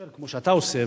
כמו שאתה עושה,